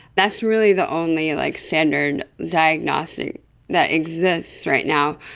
that's really the only like standard diagnostic that exists right now,